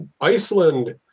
Iceland